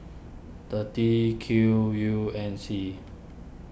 thirty Q U N C